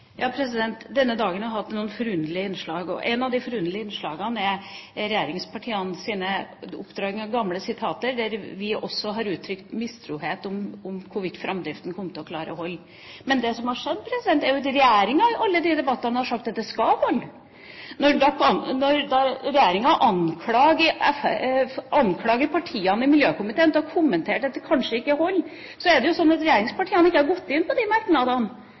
Denne dagen har hatt noen forunderlige innslag. Et av de forunderlige innslagene er at regjeringspartiene drar fram gamle sitater, der vi også har uttrykt mistro til om hvorvidt framdriften kom til å holde. Det som har skjedd, er jo at regjeringa i alle disse debattene har sagt at det skal holde. Når regjeringa anklager partiene i miljøkomiteen for å komme med kommentarer om at det kanskje ikke holder, er det slik at regjeringspartiene ikke har gått inn på de merknadene.